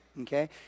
okay